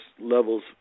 levels